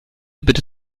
bitte